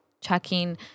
checking